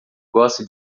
gosta